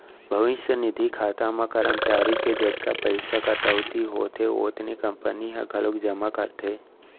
भविस्य निधि खाता म करमचारी के जतका पइसा कटउती होथे ओतने कंपनी ह घलोक जमा करथे